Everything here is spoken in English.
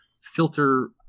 filter